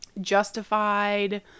Justified